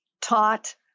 taught